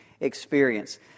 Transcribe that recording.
experience